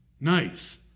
Nice